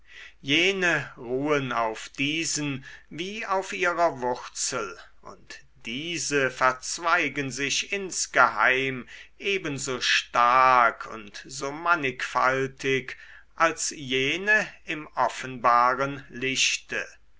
jene ruhen auf diesen wie auf ihrer wurzel und diese verzweigen sich insgeheim ebenso stark und so mannigfaltig als jene im offenbaren lichte